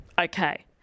okay